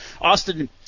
Austin